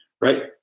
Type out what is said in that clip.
Right